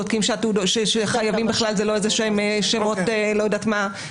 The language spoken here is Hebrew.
בודקים שחייבים בכלל זה לא איזשהם שמות לא ידועים וכולי,